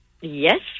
Yes